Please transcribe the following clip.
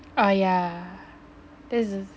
oh yeah that's err